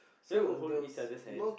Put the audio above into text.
then we'll hold each other's hands